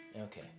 Okay